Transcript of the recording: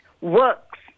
works